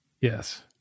Yes